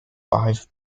five